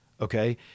Okay